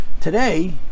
today